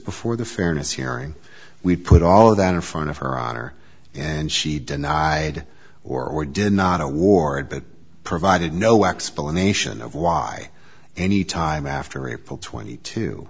before the fairness hearing we put all of that in front of her honor and she denied or did not award that provided no explanation of why any time after april twenty two